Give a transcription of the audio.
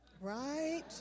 Right